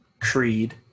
Creed